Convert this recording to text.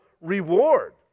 reward